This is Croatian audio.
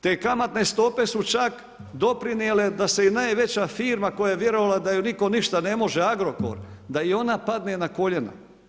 Te kamatne stope su čak doprinijele da se i najveća firma, koja je vjerovala, da ju nitko ništa ne može, Agrokor, da i ona padne na koljena.